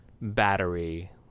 battery